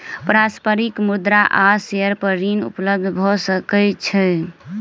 पारस्परिक मुद्रा आ शेयर पर ऋण उपलब्ध भ सकै छै